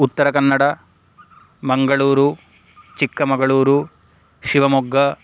Uttara Kannada Mangaluru Chikkamagaluru Shivamogga